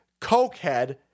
cokehead